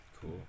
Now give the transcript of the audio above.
Cool